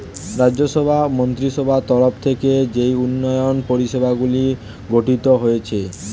রাজ্য সভার মন্ত্রীসভার তরফ থেকে যেই উন্নয়ন পরিষেবাগুলি গঠিত হয়েছে